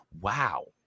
wow